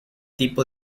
tipo